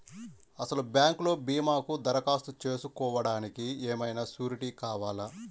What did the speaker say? అసలు బ్యాంక్లో భీమాకు దరఖాస్తు చేసుకోవడానికి ఏమయినా సూరీటీ కావాలా?